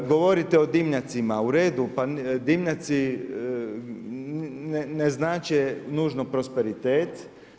Govorite o dimnjacima, uredu pa dimnjaci ne znače nužno prosperitet.